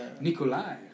Nikolai